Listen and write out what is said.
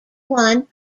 one